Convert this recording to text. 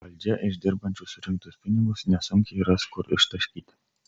valdžia iš dirbančių surinktus pinigus nesunkiai ras kur ištaškyti